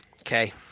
Okay